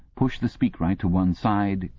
pushed the speakwrite to one side,